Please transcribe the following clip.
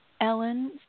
Ellen